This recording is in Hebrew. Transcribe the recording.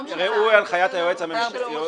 הנחיות היועץ --- ומתי שלא רוצים,